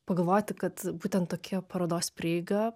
pagalvoti kad būtent tokia parodos prieiga